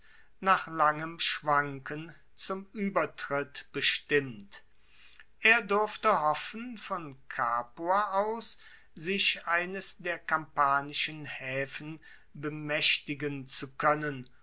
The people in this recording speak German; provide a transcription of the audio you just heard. nach langem schwanken zum uebertritt bestimmt er durfte hoffen von capua aus sich eines der kampanischen haefen bemaechtigen zu koennen